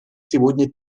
сегодня